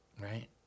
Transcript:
right